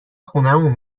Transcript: خونمون